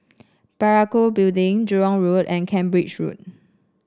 Parakou Building Jurong Road and Cambridge Road